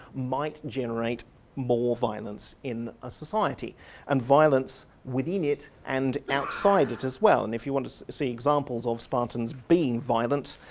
might generate more violence in a society and violence within it and outside it as well, and if you want to see examples of spartans being violent,